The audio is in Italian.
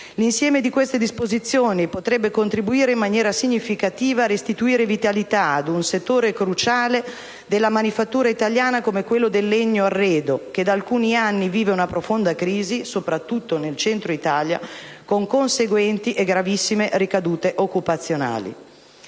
L'insieme di queste disposizioni potrebbe contribuire in maniera significativa a restituire vitalità ad un settore cruciale della manifattura italiana come quello del legno arredo, che da alcuni anni vive una profonda crisi, soprattutto nel Centro Italia, con conseguenti e gravissime ricadute occupazionali.